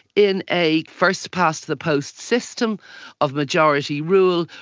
in a first past the post system of majority rule,